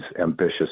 ambitious